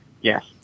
Yes